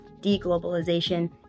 deglobalization